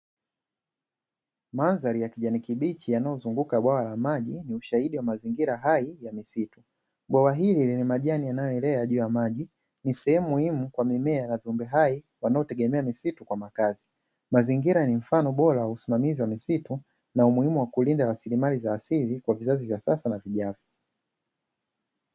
Mandhari ya kijani kibichi, yanayozunguka bwawa la maji, ni ushahidi wa mazingira hai ya misitu, bwawa hili lenye majani yanayoelea juu ya maji, ni sehemu muhimu kwa mimea na viumbe hai wanaotegemea misitu kwa makazi. Mazingira ni mfano bora wa usimamizi wa misitu na umuhimu wa kulinda rasilimali za asili kwa vizazi vya sasa na vijavyo.